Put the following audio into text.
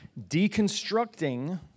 deconstructing